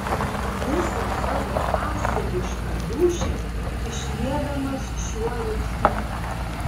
visą savo asilišką dūšią išliedamas šiuo riksmu